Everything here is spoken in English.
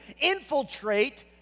infiltrate